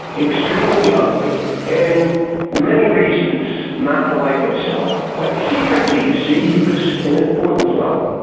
extremely ugly, and many reasons not to like himself, but secretly, you see he was an important fellow.